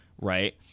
right